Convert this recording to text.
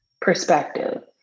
perspective